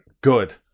good